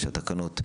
התקנות,